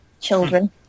children